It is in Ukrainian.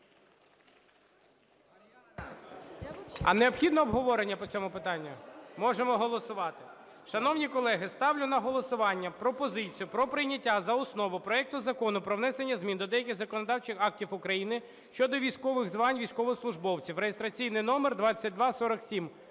А необхідно обговорення по цьому питанню? Можемо голосувати. Шановні колеги, ставлю на голосування пропозицію про прийняття за основу проект Закону про внесення змін до деяких законодавчих актів України щодо військових звань військовослужбовців (реєстраційний номер 2247).